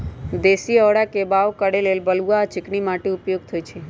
देशी औरा के बाओ करे लेल बलुआ आ चिकनी माटि उपयुक्त होइ छइ